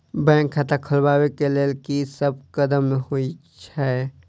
Bank खाता खोलबाबै केँ लेल की सब कदम होइ हय?